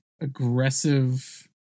aggressive